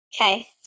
Okay